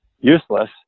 useless